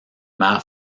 mère